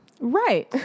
Right